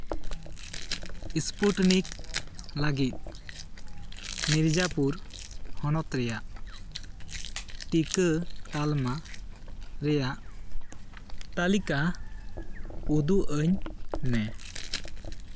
Sputnik ᱞᱟᱹᱜᱤᱫ ᱢᱤᱨᱡᱟᱯᱩᱨ ᱦᱚᱱᱚᱛ ᱨᱮᱭᱟᱜ ᱴᱤᱠᱟᱹ ᱛᱟᱞᱢᱟ ᱨᱮᱭᱟᱜ ᱛᱟᱹᱞᱤᱠᱟ ᱩᱫᱩᱜᱽ ᱟᱹᱧ ᱢᱮ